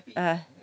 uh